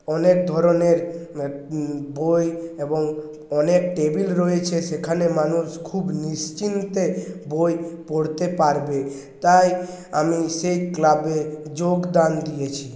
অনেক ধরনের বই এবং অনেক টেবিল রয়েছে সেখানে মানুষ খুব নিশ্চিন্তে বই পড়তে পারবে তাই আমি সে ক্লাবে যোগদান দিয়েছি